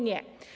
Nie.